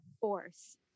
Force